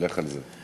לך על זה.